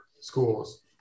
schools